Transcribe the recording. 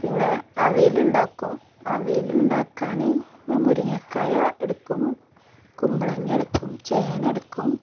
പിന്നേ അവിയൽ ഉണ്ടാക്കും അവിയൽ ഉണ്ടാക്കാൻ ഞാ മുരിങ്ങക്കായ എടുക്കും കുമ്പളങ്ങ എടുക്കും ചേന എടുക്കും